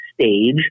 stage